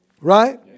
Right